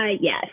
Yes